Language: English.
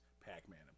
Pac-Man